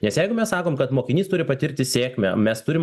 nes jeigu mes sakom kad mokinys turi patirti sėkmę mes turim